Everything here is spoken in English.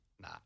Nah